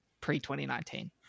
pre-2019